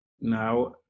Now